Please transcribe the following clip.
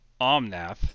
omnath